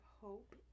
hope